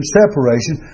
separation